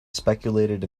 speculated